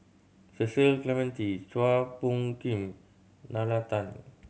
Cecil Clementi Chua Phung Kim Nalla Tan